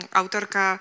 autorka